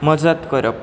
मजत करप